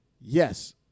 Yes